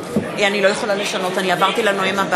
לא,